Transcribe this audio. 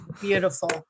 Beautiful